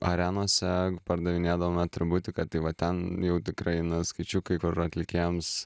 arenose pardavinėdavom atributiką tai va ten jau tikrai eina skaičiukai kur atlikėjams